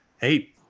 Hey